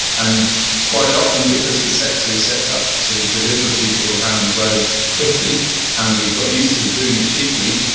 and quite often because the sector is set up to deliver people around the globe quickly and we've got used to doing it cheaply,